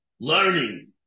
Learning